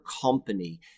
company